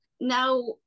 now